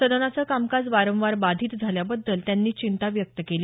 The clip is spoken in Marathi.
सदनाचं कामकाज वारंवार बाधित झाल्याबद्दल त्यांनी चिंता व्यक्त केली